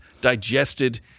digested